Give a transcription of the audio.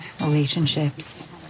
relationships